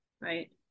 right